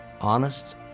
honest